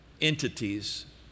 entities